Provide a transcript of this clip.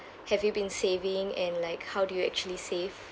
have you been saving and like how do you actually save